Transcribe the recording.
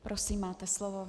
Prosím, máte slovo.